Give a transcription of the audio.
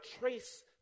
trace